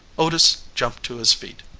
otis jumped to his feet.